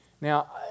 Now